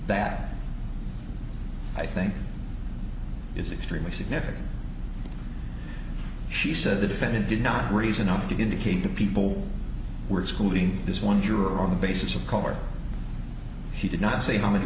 that i think is extremely significant she said the defendant did not raise enough to indicate that people were excluding this one juror on the basis of color she did not say how many